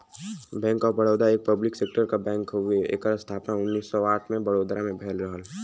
bank of Baroda एक public sector क bank हउवे एकर स्थापना उन्नीस सौ आठ में बड़ोदरा में भयल रहल